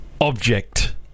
Object